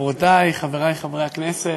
חברותי וחברי חברי הכנסת,